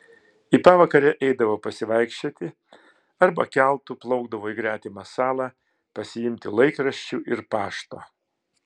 į pavakarę eidavo pasivaikščioti arba keltu plaukdavo į gretimą salą pasiimti laikraščių ir pašto